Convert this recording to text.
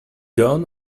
gown